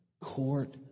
court